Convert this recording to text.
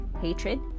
Hatred